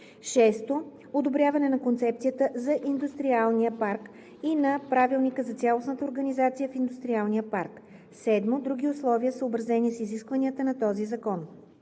6. одобряване на концепцията за индустриалния парк и на правилника за цялостната организация в индустриалния парк; 7. други условия, съобразени с изискванията на този закон.